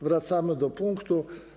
Wracamy do punktu.